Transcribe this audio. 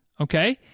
Okay